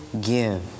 give